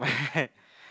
my